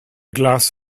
glass